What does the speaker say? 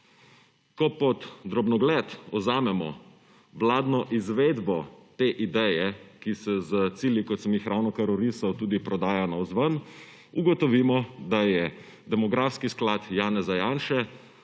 Ko pod drobnogled vzamemo vladno izvedbo te ideje, ki se s cilji, kot sem jih ravnokar orisal, tudi prodaja navzven, ugotovimo da je demografski sklad Janeza Janše